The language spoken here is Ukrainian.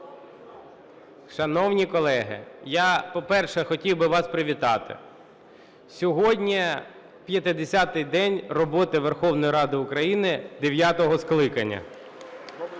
Шановні колеги, я, по-перше, хотів би вас привітати: сьогодні 50-й день роботи Верховної Ради України дев'ятого скликання.